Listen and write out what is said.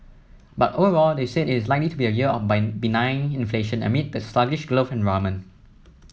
but overall they said it is likely to be a year of benign inflation amid the sluggish growth environment